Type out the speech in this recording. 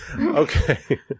Okay